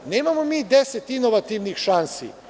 Nemamo mi deset inovativnih šansi.